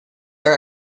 are